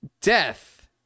death